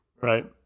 Right